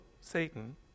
Satan